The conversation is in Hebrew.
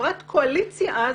חברת קואליציה אז,